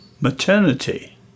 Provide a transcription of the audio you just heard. maternity